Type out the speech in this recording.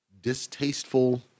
distasteful